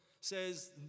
says